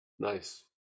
Nice